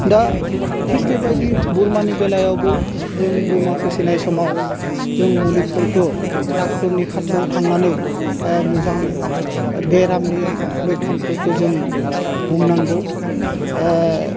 दा थिग बेबायदि बोरमानि बेलायावबो जों बोरमा फिसिनाय समाव जों मुलिफोरखौ डाक्टरनि खाथियाव थांनानै मोजां बेरामनि लैखोनफोरखौ जों बुंनांगौ